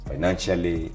Financially